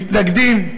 מתנגדים,